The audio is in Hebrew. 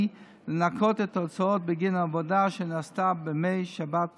לנכות את ההוצאות בגין העבודה שנעשתה בימי שבת וחג.